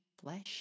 flesh